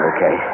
Okay